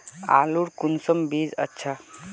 आलूर कुंसम बीज अच्छा?